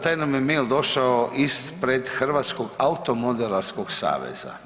Taj nam je mail došao ispred Hrvatskog automodelarskog saveza.